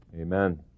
Amen